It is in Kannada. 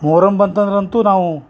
ಮೊಹರಮ್ ಬಂತಂದ್ರ ಅಂತು ನಾವು